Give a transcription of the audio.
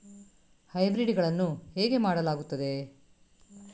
Hybrid ಗಳನ್ನು ಹೇಗೆ ಮಾಡಲಾಗುತ್ತದೆ?